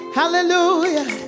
hallelujah